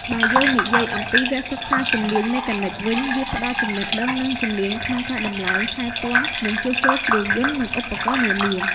បើយើងនិយាយអំពីវគ្គសិក្សាជំនាញមេកានិកវិញ វាផ្តល់ចំណេះដឹង និងជំនាញក្នុងការដំឡើង ថែទាំ និងជួសជុលគ្រឿងយន្ត និងឧបករណ៍នានា។